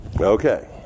Okay